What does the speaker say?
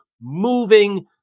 moving